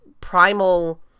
primal